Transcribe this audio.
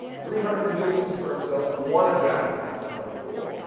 three hundred and million sperm cells from one ejaculate in that public pool,